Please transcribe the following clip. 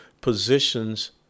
positions